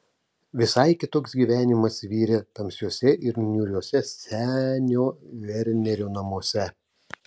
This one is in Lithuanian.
visai kitoks gyvenimas virė tamsiuose ir niūriuose senio vernerio namuose